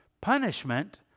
punishment